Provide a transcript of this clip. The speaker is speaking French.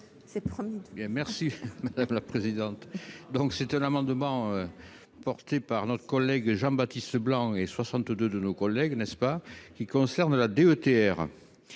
C'est très bien, merci, madame la présidente, donc c'est un amendement porté par notre collègue Jean-Baptiste Leblanc et 62 de nos collègues n'est-ce pas qui concerne la DETR,